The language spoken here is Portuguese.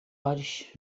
olhos